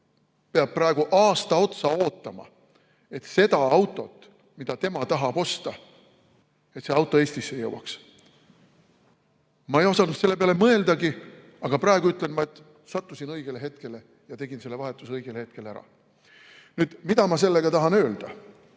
peab praegu aasta otsa ootama, et see auto, mida tema tahab osta, Eestisse jõuaks. Ma ei osanud selle peale mõeldagi, aga praegu ütlen ma, et sattusin õigele hetkele ja tegin selle vahetuse õigel ajal ära. Mida ma sellega tahan öelda,